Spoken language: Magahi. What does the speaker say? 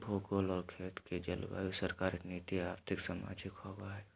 भूगोल और खेत के जलवायु सरकारी नीति और्थिक, सामाजिक होबैय हइ